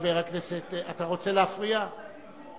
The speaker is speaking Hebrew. חבר הכנסת שאמה, פעם